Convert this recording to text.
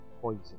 poison